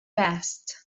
best